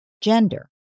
gender